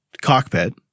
cockpit